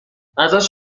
ازش